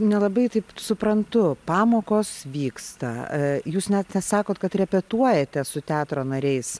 nelabai taip suprantu pamokos vyksta jūs net sakote kad repetuojate su teatro nariais